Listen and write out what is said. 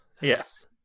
Yes